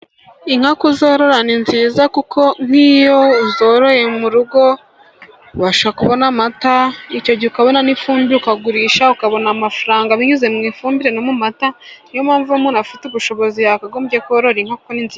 Inka kuzorora ni nziza, kuko nk'iyo uzoroye mu rugo ubasha kubona amata, icyo gihe ukabona n'ifumbire ukagurisha, ukabona amafaranga binyuze mu ifumbire no mu mata. Ni yo mpamvu umuntu afite ubushobozi yakagombye korora inka kuko ni nziza.